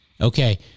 Okay